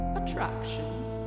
attractions